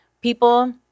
people